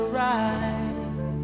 right